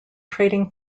trading